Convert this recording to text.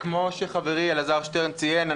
כמו שחברי אלעזר שטרן ציין,